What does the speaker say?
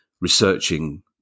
researching